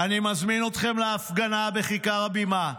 אני מזמין אתכם להפגנה בכיכר הבימה,